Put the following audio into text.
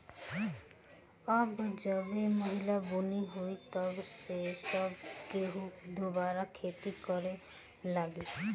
अब जबे पहिला बुनी होई तब से सब केहू दुबारा खेती करे लागी